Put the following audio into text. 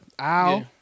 Ow